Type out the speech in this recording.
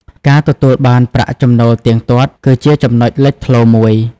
ការទទួលបានប្រាក់ចំណូលទៀងទាត់ គឺជាចំណុចលេចធ្លោមួយ។